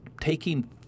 taking